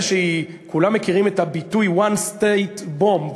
כולם מכירים את הביטוי "One State Bomb",